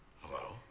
Hello